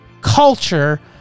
culture